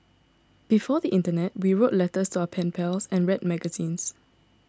before the internet we wrote letters to our pen pals and read magazines